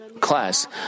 class